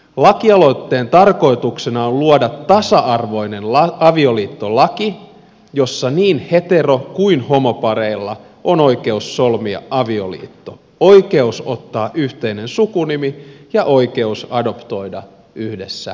lakialoitteen tarkoituksena on luoda tasa arvoinen avioliittolaki jossa niin hetero kuin homopareilla on oikeus solmia avioliitto oikeus ottaa yhteinen sukunimi ja oikeus adoptoida yhdessä lapsi